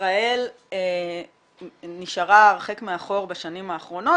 ישראל נשארה הרחק מאחור בשנים האחרונות,